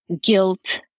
guilt